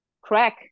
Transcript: crack